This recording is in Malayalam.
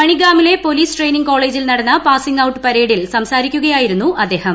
മണിഗാമിലെ പോലീസ് ട്രെയിനിംഗ് കോളേജിൽ നടന്ന പാസിംഗ് ഔട്ട് പരേഡിൽ സംസാരിക്കുകയായിരുന്നു അദ്ദേഹം